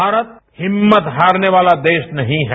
भारत हिम्मत हारने वाला देशनहीं है